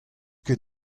ket